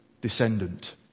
descendant